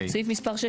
בסעיף מספר 6,